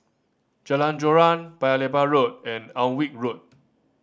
Jalan Joran Paya Lebar Road and Alnwick Road